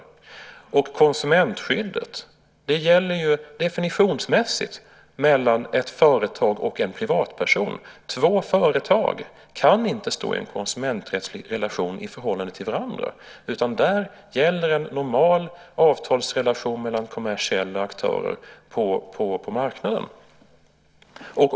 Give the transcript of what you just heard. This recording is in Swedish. Konsumentskyddet gäller definitionsmässigt mellan ett företag och en privatperson. Två företag kan inte stå i en konsumenträttslig relation i förhållande till varandra. Där gäller en normal avtalsrelation mellan kommersiella aktörer på marknaden.